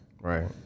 Right